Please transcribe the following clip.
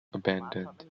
abandoned